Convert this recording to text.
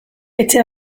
etxe